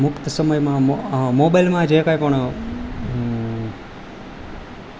મુક્ત સમયમાં મો મોબાઈલમાં જે કંઈ પણ